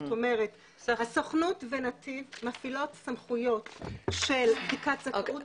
זאת אומרת הסוכנות ונתיב מפעילות סמכויות של בדיקת זכאות